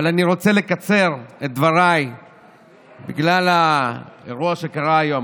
אבל אני רוצה לקצר בדבריי בגלל האירוע שקרה היום.